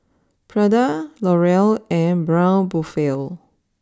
Prada L'Oreal and Braun Buffel